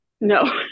No